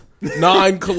nine